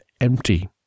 empty